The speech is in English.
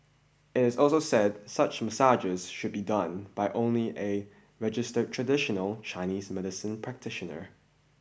it is also said such massages should be done only by a registered traditional Chinese medicine practitioner